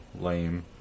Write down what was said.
Lame